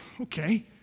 okay